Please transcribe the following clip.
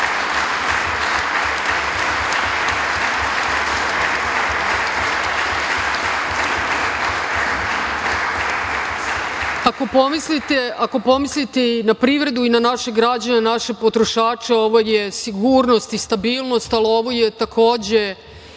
pomislite i na privredu i na naše građane, naše potrošače, ovo je sigurnost i stabilnost, ali ovo je takođe